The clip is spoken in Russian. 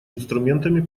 инструментами